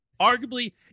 Arguably